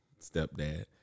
stepdad